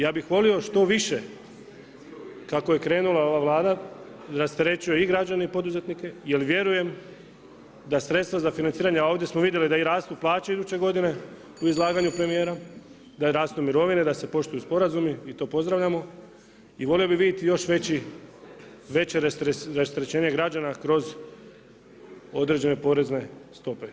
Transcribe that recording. Ja bih volio što više kako je krenula ova Vlada rasterećuje i građane i poduzetnike jel vjerujem da sredstva za financiranje, a ovdje smo vidjeli da rastu i plaće iduće godine u izlaganju premijera, da rastu mirovine, da se poštuju sporazumi i to pozdravljamo i volio bi vidjeti veće rasterećenje građana kroz određene porezne stope.